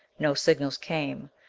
no signals came.